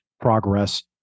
progress